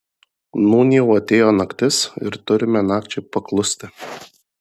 nūn jau atėjo naktis ir turime nakčiai paklusti